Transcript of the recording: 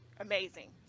amazing